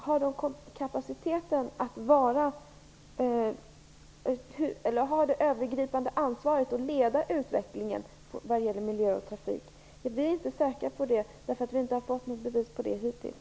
Finns det kapacitet för att ta det övergripande ansvaret och leda utvecklingen vad gäller miljö och trafik? Vi är inte säkra på det. Vi har nämligen inte fått något bevis på det hittills.